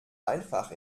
einfach